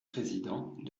président